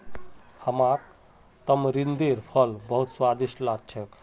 हमाक तमरिंदेर फल बहुत स्वादिष्ट लाग छेक